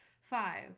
Five